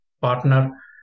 partner